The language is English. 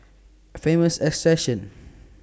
Famous assertion